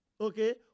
okay